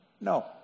No